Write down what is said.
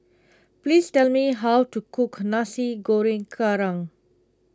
please tell me how to cook Nasi Goreng Kerang